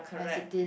as it is